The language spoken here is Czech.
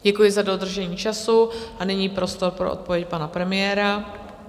Děkuji za dodržení času a nyní je prostor pro odpověď pana premiéra.